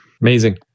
Amazing